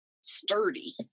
sturdy